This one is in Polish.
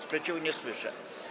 Sprzeciwu nie słyszę.